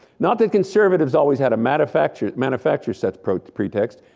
not that conservatives always had a manufactured manufactured set approach pretext.